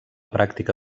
pràctica